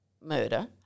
murder